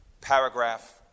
paragraph